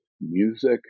music